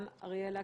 גם אריאלה